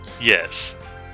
Yes